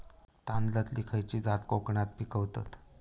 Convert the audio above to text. तांदलतली खयची जात कोकणात पिकवतत?